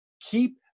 Keep